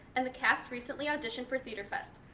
and the cast recently auditioned for theater fest.